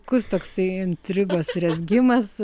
kus toksai intrigos rezgimas